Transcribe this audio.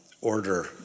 order